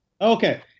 Okay